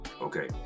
okay